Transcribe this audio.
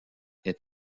est